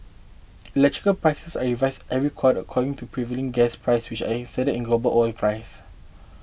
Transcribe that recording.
electrical prices are revise every quarter according to prevailing gas price which are indexed in global oil price